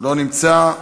לא נמצא,